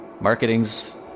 Marketing's